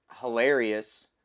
hilarious